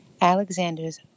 Alexander's